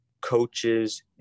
Coaches